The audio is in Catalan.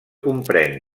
comprèn